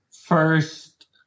first